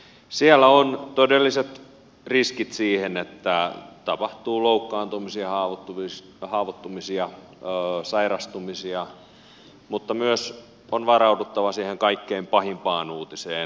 siellä on todelliset riskit siihen että tapahtuu loukkaantumisia haavoittumisia sairastumisia mutta myös on varauduttava siihen kaikkein pahimpaan uutiseen